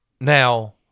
Now